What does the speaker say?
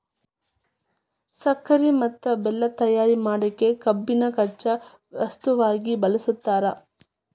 ಸಕ್ಕರಿ ಮತ್ತ ಬೆಲ್ಲ ತಯಾರ್ ಮಾಡಕ್ ಕಬ್ಬನ್ನ ಕಚ್ಚಾ ವಸ್ತುವಾಗಿ ಬಳಸ್ತಾರ